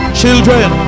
Children